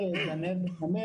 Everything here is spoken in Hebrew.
זה לא יכול לתת מענה מלא.